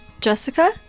Jessica